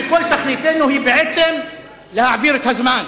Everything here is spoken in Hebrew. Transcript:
וכל תוכניתנו היא בעצם להעביר את הזמן.